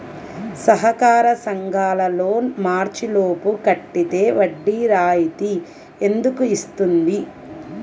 సహకార సంఘాల లోన్ మార్చి లోపు కట్టితే వడ్డీ రాయితీ ఎందుకు ఇస్తుంది?